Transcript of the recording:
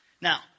Now